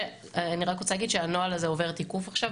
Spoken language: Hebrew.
אני רק רוצה להגיד שהנוהל הזה עובר תיקוף עכשיו.